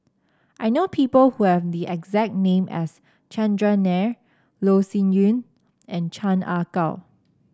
I know people who have the exact name as Chandran Nair Loh Sin Yun and Chan Ah Kow